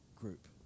group